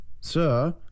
Sir